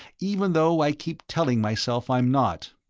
even though i keep telling myself i'm not.